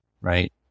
right